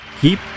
keep